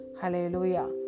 Hallelujah